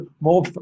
more